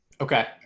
okay